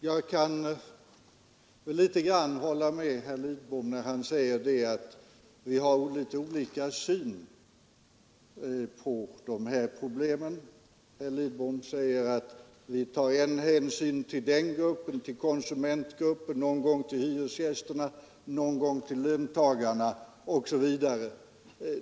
Jag vill i viss mån instämma med herr Lidbom när han säger att vi har olika syn på dessa problem. Herr Lidbom anser att regeringen en gång tar hänsyn till konsumentgruppen, någon gång till hyresgästerna, någon gång till löntagarna osv.